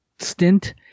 stint